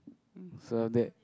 so after that